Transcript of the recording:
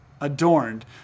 adorned